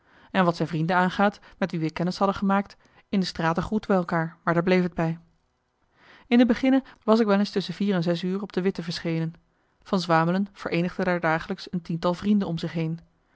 en wat zijn vrienden aangaat met wie we kennis hadden gemaakt in de straten groetten wij elkaar maar daar bleef t bij in de beginne was ik wel eens tusschen vier en zes uur op de witte verschenen van swamelen vereenigde daar dagelijks een tiental vrienden om zich heen